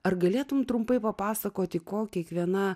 ar galėtumei trumpai papasakoti ko kiekviena